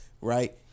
right